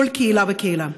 כל קהילה וקהילה.